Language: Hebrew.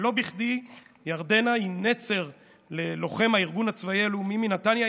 לא בכדי ירדנה היא נצר ללוחם הארגון הצבאי הלאומי מנתניה,